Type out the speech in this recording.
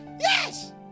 yes